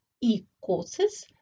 E-courses